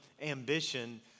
ambition